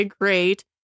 great